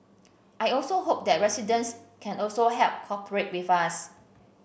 I also hope that residents can also help cooperate with us